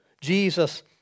Jesus